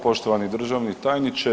Poštovani državni tajniče.